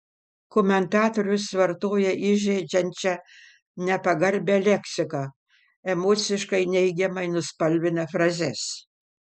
komentatorius vartoja įžeidžiančią nepagarbią leksiką emociškai neigiamai nuspalvina frazes